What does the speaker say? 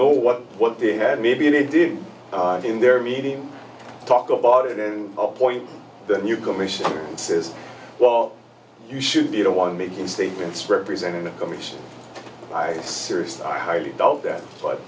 know what what they had maybe they did in their meeting talk about it a point that your commission says well you should be the one making statements representing the companies i serious i highly doubt that but